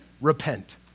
repent